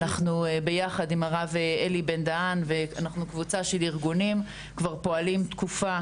אנחנו ביחד עם הרב אלי בן דהן קבוצה של ארגונים שכבר פועלים תקופה